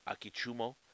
Akichumo